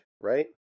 right